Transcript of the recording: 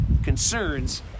concerns